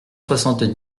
soixante